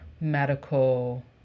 medical